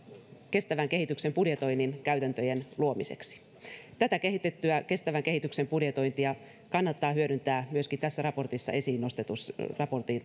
kestävän kehityksen budjetoinnin käytäntöjen luomiseksi tätä kehitettyä kestävän kehityksen budjetointia kannattaa hyödyntää myöskin tässä raportissa esiin nostetussa